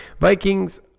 Vikings